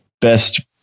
best